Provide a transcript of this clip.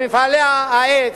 במפעלי העץ,